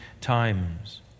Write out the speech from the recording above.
times